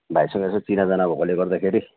भाइसँग यसो चिनाजान भएकोले गर्दाखेरि